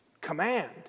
command